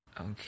Okay